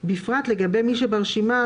בפרט לגבי מי שברשימה,